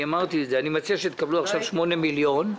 אני אמרתי את זה: אני מציע שתקבלו עכשיו 8 מיליון שקלים,